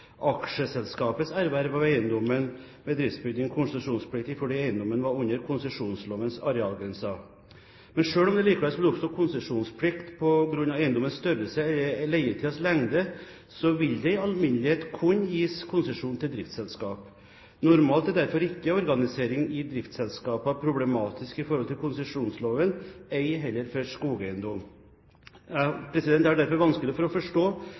aksjeselskapets erverv av eiendommen med driftsbygning konsesjonspliktig, fordi eiendommen var under konsesjonslovens arealgrenser. Selv om det likevel skulle oppstå konsesjonsplikt på grunn av eiendommens størrelse eller leietidens lengde, vil det i alminnelighet kunne gis konsesjon til driftsselskap. Normalt er derfor ikke organisering i driftsselskaper problematisk i forhold til konsesjonsloven, ei heller for skogeiendom. Jeg har derfor vanskelig for å forstå